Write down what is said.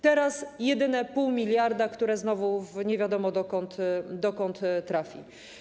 Teraz jedyne pół miliarda, które znowu nie wiadomo dokąd trafi.